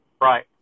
Right